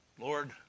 Lord